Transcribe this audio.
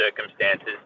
circumstances